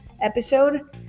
episode